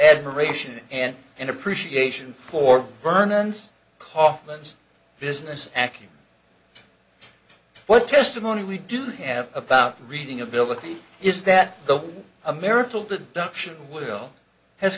admiration and an appreciation for vernons kaufman's business accu what testimony we do have about reading ability is that the a marital deduction will has